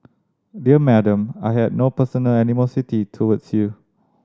dear Madam I had no personal animosity towards you